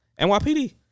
NYPD